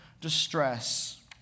distress